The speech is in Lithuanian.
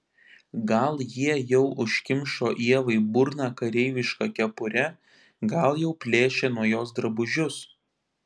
gal jie jau užkimšo ievai burną kareiviška kepure gal jau plėšia nuo jos drabužius